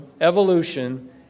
evolution